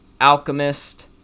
alchemist